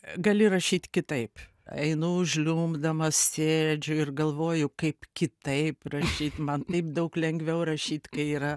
gali rašyt kitaip einu žliumbdama sėdžiu ir galvoju kaip kitaip rašyt man taip daug lengviau rašyt kai yra